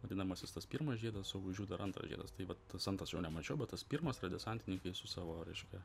vadinamasis tas pirmas žiedas o už jų dar antras žiedas tai vat tas antras jo nemačiau bet tas pirmas yra desantininkai su savo reiškia